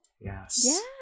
Yes